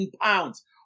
pounds